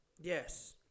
Yes